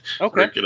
Okay